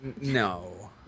No